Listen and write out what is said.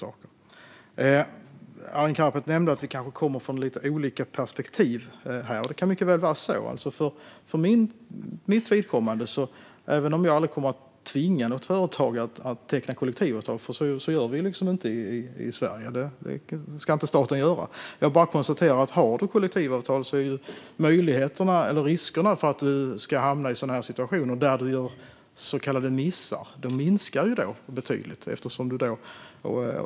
Arin Karapet nämnde att vi kanske har lite olika perspektiv, och det kan mycket väl vara så. Jag kommer aldrig att tvinga ett företag att teckna kollektivavtal, för det ska staten inte göra, men har man kollektivavtal minskar risken att göra missar betydligt.